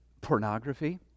pornography